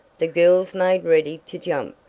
the girls made ready to jump.